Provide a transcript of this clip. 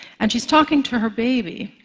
and she's talking to her baby.